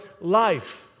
life